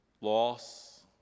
loss